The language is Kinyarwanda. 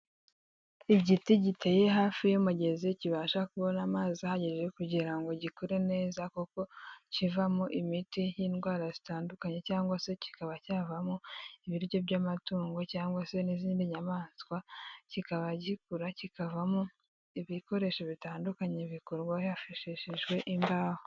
Igiti giteye hafi y'umugezi kibasha kubona amazi ahagije kugira ngo gikure neza kuko kivamo imiti y'indwara zitandukanye cyangwa se kikaba cyavamo ibiryo by'amatungo cyangwa se n'izindi nyamaswa, kikaba gikura kikavamo ibikoresho bitandukanye bikorwa hifashishijwe imbaho.